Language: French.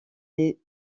les